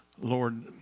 Lord